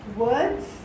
words